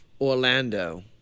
Orlando